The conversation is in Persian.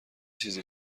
چیز